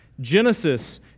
Genesis